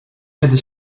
kiedy